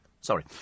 Sorry